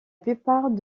plupart